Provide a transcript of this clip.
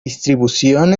distribución